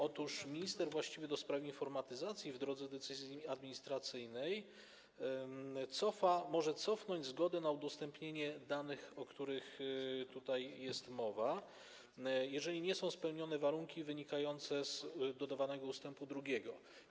Otóż minister właściwy do spraw informatyzacji w drodze decyzji administracyjnej może cofnąć zgodę na udostępnienie danych, o których tutaj jest mowa, jeżeli nie są spełnione warunki wynikające z dodawanego ust. 2.